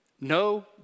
No